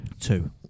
Two